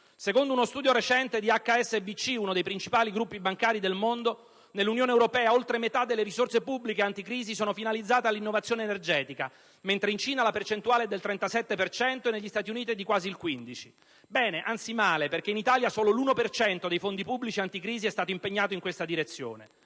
Secondo uno studio recente di HSBC, uno dei principali gruppi bancari del mondo, nell'Unione europea oltre metà delle risorse pubbliche anticrisi sono finalizzate all'innovazione energetica, mentre in Cina la percentuale è del 37 per cento e negli Stati Uniti è di quasi il 15 per cento. Bene, anzi male, perché in Italia solo l'l per cento dei fondi pubblici anticrisi è stato impegnato in questa direzione.